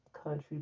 country